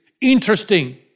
Interesting